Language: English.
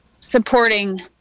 supporting